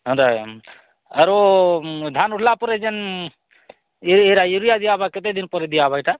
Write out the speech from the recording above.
ଆରୁ ଧାନ୍ ଉଠିଲା ପରେ ଯେନୁ ଏ ୟୁରିଆ କେତେ ଦିନ୍ପରେ ଦିଆହେବା ଏଇଟା